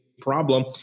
problem